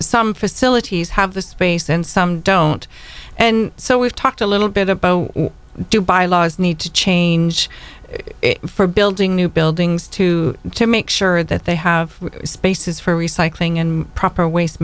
some facilities have the space and some don't and so we've talked a little bit about how do bylaws need to change for building new buildings to to make sure that they have spaces for recycling and proper waste